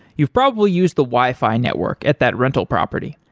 you've probably used the wi-fi network at that rental property,